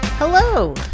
Hello